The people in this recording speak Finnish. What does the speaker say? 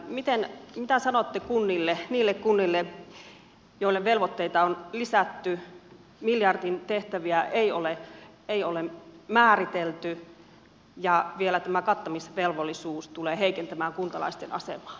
mitä sanotte niille kunnille joille velvoitteita on lisätty miljardin tehtäviä ei ole määritelty ja vielä tämä kattamisvelvollisuus tulee heikentämään kuntalaisten asemaa